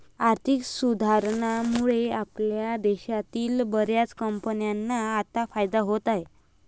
आर्थिक सुधारणांमुळे आपल्या देशातील बर्याच कंपन्यांना आता फायदा होत आहे